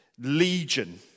Legion